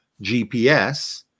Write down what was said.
GPS